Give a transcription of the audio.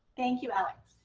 thank you, alex.